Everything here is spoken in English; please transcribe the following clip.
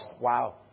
Wow